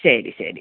ശരി ശരി